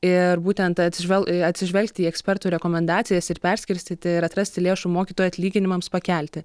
ir būtent atsižvelgti atsižvelgti į ekspertų rekomendacijas ir perskirstyti ir atrasti lėšų mokytojų atlyginimams pakelti